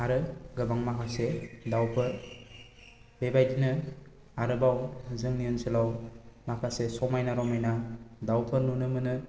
आरो गोबां माखासे दावफोर बेबायदिनो आरोबाव माखासे जोंनि ओनसोलाव समायना रमायना दावफोर नुनो मोनो